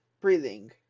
breathing